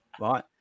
right